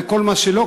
וכל מה שלא,